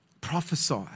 Prophesy